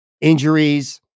injuries